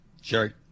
Sherry